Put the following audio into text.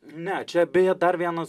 ne čia beje dar vienas